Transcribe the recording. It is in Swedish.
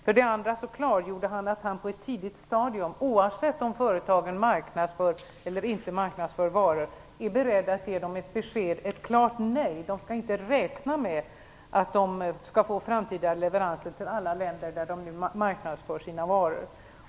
För det andra klargjorde han att han på ett tidigt stadium, oavsett om företagen marknadsför eller inte marknadsför varor, är beredd att ge dem ett besked, ett klart nej. De skall inte räkna med att de skall få framtida leveranser till alla länder där de nu marknadsför sina varor.